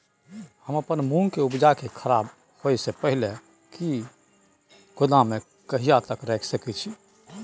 हम अपन मूंग के उपजा के खराब होय से पहिले ही गोदाम में कहिया तक रख सके छी?